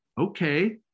okay